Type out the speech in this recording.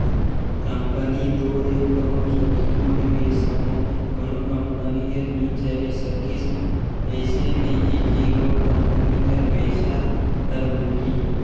company दो हे कहों जोखिम होए गइस कहों कोनो कंपनी हर नी चले सकिस अइसे में एके गोट कंपनी कर पइसा हर बुड़ही